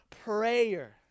prayer